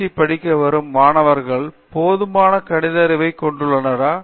D படிக்க வரும் மாணவர்கள் போதுமான கணித அறிவை கொண்டுள்ளாரா